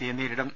സിയെ നേരിടും